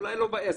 אולי לא בעשר,